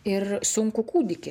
ir sunkų kūdikį